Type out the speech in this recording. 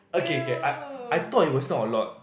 okay okay I I thought it was not a lot